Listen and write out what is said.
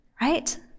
right